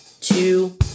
two